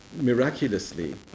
Miraculously